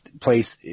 place